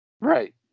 Right